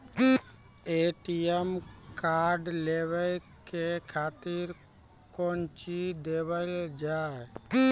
ATM card लेवे के खातिर कौंची देवल जाए?